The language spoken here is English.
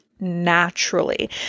naturally